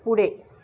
पुढे